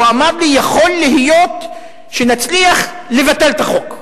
והוא אמר לי: יכול להיות שנצליח לבטל את החוק.